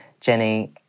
Jenny